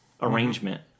arrangement